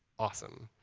awesome.